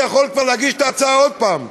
כבר הייתי יכול להגיש את ההצעה עוד פעם.